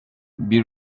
bir